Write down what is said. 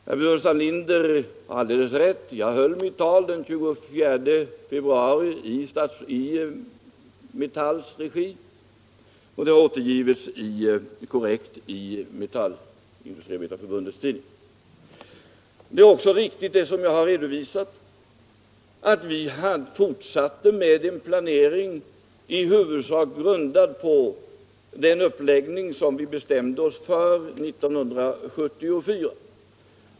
Det är riktigt att jag höll mitt tal i Metalls regi den 24 februari, och talet är korrekt återgivit i Metallindustriarbetareförbundets tidning. Det är också riktigt som jag redovisade att vi fortsatte med en planering, i huvudsak grundad på den uppläggning som vi bestämt oss för 1974.